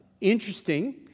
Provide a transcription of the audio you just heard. interesting